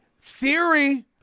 Theory